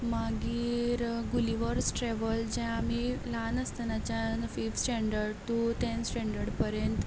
मागीर Gulliver travels जें आमी ल्हान आसतनाच्यान fifth standard to tenth standard परेन